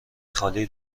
خالی